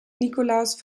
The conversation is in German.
nikolaus